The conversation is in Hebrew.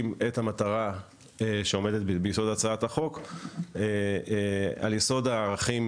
את המטרה שעומדת ביסוד הצעת החוק על יסוד הערכים